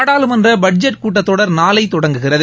நாடாளுமன்ற பட்ஜெட் கூட்டத்தொடர் நாளை தொடங்குகிறது